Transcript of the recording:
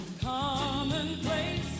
commonplace